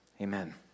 Amen